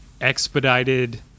expedited